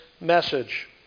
message